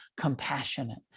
compassionate